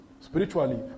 Spiritually